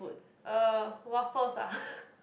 uh waffles ah